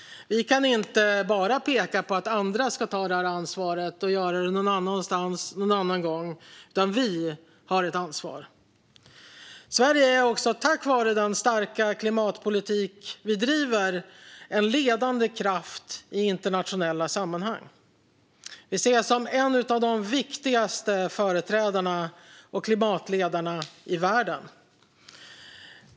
Vi kan inte bara peka på att andra ska ta det ansvaret och göra det någon annanstans någon annan gång, utan vi har ett ansvar. Sverige är också tack vare den starka klimatpolitik vi driver en ledande kraft i internationella sammanhang. Vi ses som en av de viktigaste företrädarna och klimatledarna i världen.